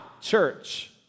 church